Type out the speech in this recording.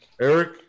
Eric